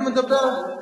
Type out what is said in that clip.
אני מדבר על,